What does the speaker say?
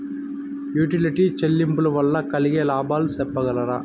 Utility చెల్లింపులు వల్ల కలిగే లాభాలు సెప్పగలరా?